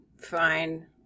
Fine